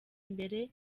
imbere